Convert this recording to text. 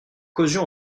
causions